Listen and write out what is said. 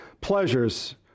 pleasures